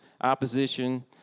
opposition